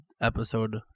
episode